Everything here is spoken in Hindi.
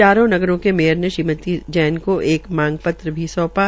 चारों नगरों के मेयर ने श्रीमती जैन ने एक मांगपत्र भी सौंपा